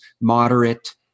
moderate